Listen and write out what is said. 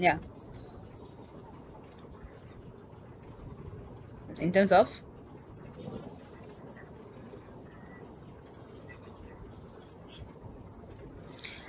ya in terms of